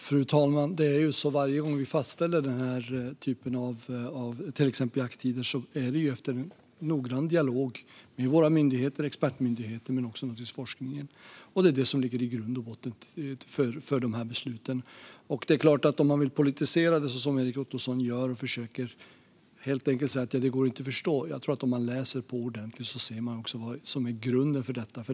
Fru talman! Varje gång vi fastställer till exempel den här typen av jakttider är det efter noggrann dialog med våra myndigheter, expertmyndigheter, men naturligtvis också forskningen. Det ligger till grund och botten för besluten. Om man vill politisera det, som Erik Ottoson gör, försöker man säga att det helt enkelt inte går att förstå. Om man läser på ordentligt ser man vad som är grunden för detta.